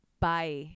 Bye